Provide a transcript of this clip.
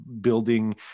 building